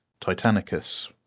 titanicus